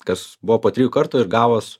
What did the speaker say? kas buvo po trijų kartų ir gavos